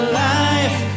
life